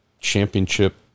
championship